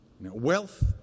Wealth